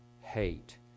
hate